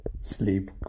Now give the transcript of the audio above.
Sleep